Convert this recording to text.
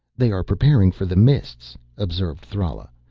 they are preparing for the mists, observed thrala.